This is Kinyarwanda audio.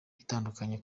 itandukanye